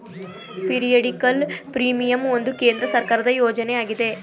periodical premium ಒಂದು ಕೇಂದ್ರ ಸರ್ಕಾರದ ಯೋಜನೆ ಆಗಿದೆ